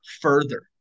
further